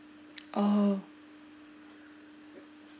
oh